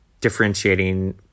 differentiating